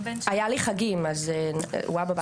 היה לי חגים, אז הוא היה בבית.